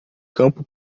campo